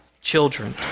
children